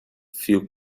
few